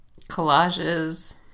Collages